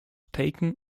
taken